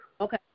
Okay